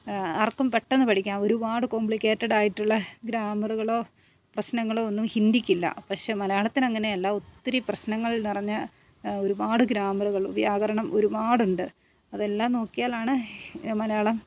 ആർക്കും പെട്ടെന്ന് പഠിക്കാൻ ഒരുപാട് കോംപ്ലിക്കേറ്റഡ് ആയിട്ടുള്ള ഗ്രാമറുകളോ പ്രശ്നങ്ങളോ ഒന്നും ഹിന്ദിക്ക് ഇല്ല പക്ഷെ മലയാളത്തിന് അങ്ങനെ അല്ല ഒത്തിരി പ്രശ്നങ്ങൾ നിറഞ്ഞ ഒരുപാട് ഗ്രാമറുകൾ വ്യാകരണം ഒരുപാട് ഉണ്ട് അതെല്ലാം നോക്കിയാലാണ് മലയാളം